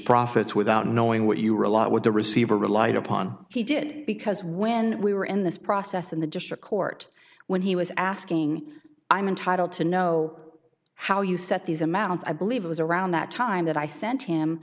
profits without knowing what you are a lot what the receiver relied upon he did because when we were in this process in the district court when he was asking i'm entitled to know how you set these amounts i believe it was around that time that i sent him